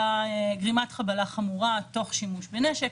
גרימת חבלה חמורה תוך שימוש בנשק.